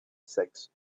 six